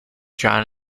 jon